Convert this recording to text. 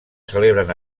celebren